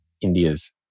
India's